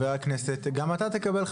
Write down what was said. גם אתה תקבל,